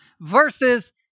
versus